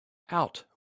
out